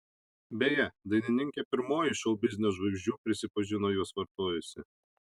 beje dainininkė pirmoji iš šou biznio žvaigždžių prisipažino juos vartojusi